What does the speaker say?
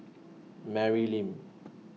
Mary Lim